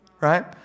right